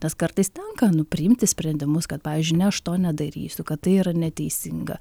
nes kartais tenka nu priimti sprendimus kad pavyzdžiui ne aš to nedarysiu kad tai yra neteisinga